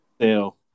sale